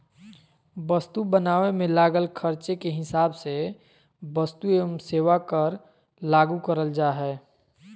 वस्तु बनावे मे लागल खर्चे के हिसाब से वस्तु एवं सेवा कर लागू करल जा हय